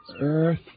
earth